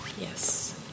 Yes